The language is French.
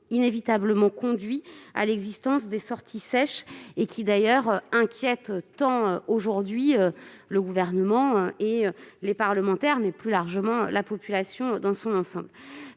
inévitablement conduit à l'existence de « sorties sèches », qui inquiètent tant, aujourd'hui, le Gouvernement, les parlementaires et, plus largement, la population dans son ensemble.